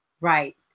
Right